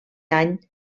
any